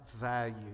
value